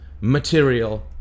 material